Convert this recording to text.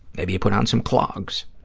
maybe you put on some clogs.